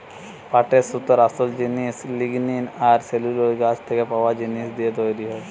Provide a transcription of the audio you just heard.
পাটের সুতোর আসোল জিনিস লিগনিন আর সেলুলোজ গাছ থিকে পায়া জিনিস দিয়ে তৈরি হয়